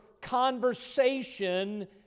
conversation